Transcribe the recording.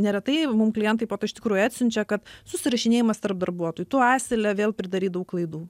neretai mum klientai iš tikrųjų atsiunčia kad susirašinėjimas tarp darbuotojų tu asile vėl pridarei daug klaidų